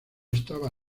estaba